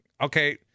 okay